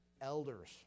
elders